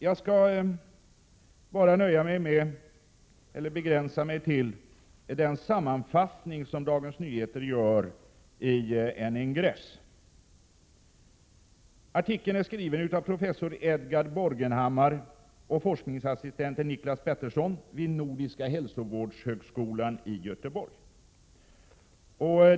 Jag skall begränsa mig till att läsa upp den sammanfattning som Dagens Nyheter gör i en ingress. Artikeln är skriven av professor Edgar Borgenhammar och forskningsassistent Niclas Petersson vid Nordiska hälsovårdshögskolan i Göteborg.